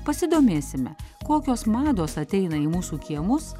pasidomėsime kokios mados ateina į mūsų kiemus